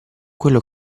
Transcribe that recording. quello